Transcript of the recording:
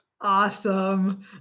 Awesome